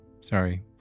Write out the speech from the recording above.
Sorry